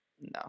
No